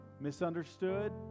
misunderstood